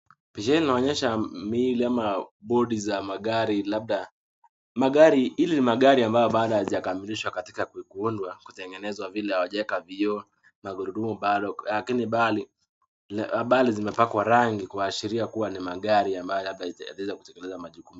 Picha hii inaonyesha miili ama body za magari, labda magari. Hili ni magari ambayo bado haijakamilishwa katika kuundwa, kutengenezwa vile hawajaweka vioo, magurudumu bado, lakini bali, bali zimepakwa rangi kuashiria kuwa ni magari ambayo labda itaweza kutekeleza majukumu.